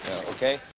Okay